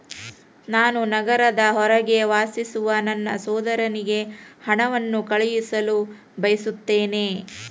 ನಾನು ನಗರದ ಹೊರಗೆ ವಾಸಿಸುವ ನನ್ನ ಸಹೋದರನಿಗೆ ಹಣವನ್ನು ಕಳುಹಿಸಲು ಬಯಸುತ್ತೇನೆ